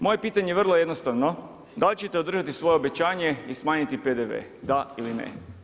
Moje pitanje je vrlo jednostavno, da li ćete održati svoje obećanje i smanjiti PDV, da ili ne?